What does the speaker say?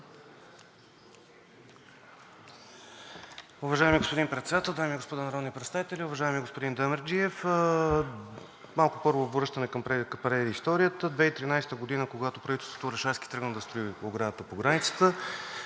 Уважаеми господин Председател, дами и господа народни представители, уважаеми господин Демерджиев! Първо, малко връщане към предисторията. През 2013 г., когато правителството Орешарски тръгна да строи оградата по границата,